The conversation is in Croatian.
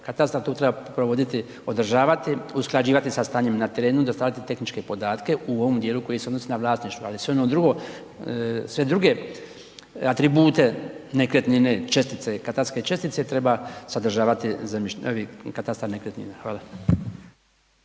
Katastar tu treba provoditi, održavati, usklađivati sa stanjem na terenu, dostaviti tehničke podatke u ovom dijelu koji se odnosi na vlasništvo, ali sve ono drugo, sve druge atribute nekretnine, čestice, katastarske čestice treba sadržavati katastar nekretnina. Hvala.